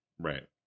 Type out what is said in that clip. Right